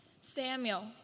Samuel